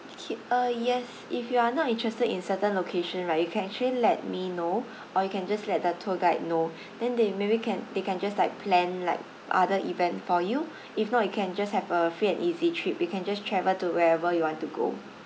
okay uh yes if you're not interested in certain location right you can actually let me know or you can just let the tour guide know then they maybe can they can just like plan like other event for you if not you can just have a free and easy trip we can just travel to wherever you want to go